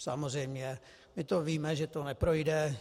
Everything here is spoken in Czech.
Samozřejmě my víme, že to neprojde.